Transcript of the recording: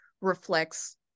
reflects